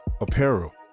apparel